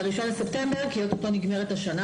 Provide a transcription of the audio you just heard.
ל-1 בספטמבר כי עוד מעט מסתיימת השנה